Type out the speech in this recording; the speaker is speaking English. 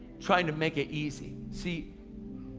trying to make it easy. see,